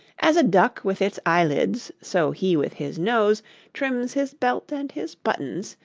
as a duck with its eyelids, so he with his nose trims his belt and his buttons,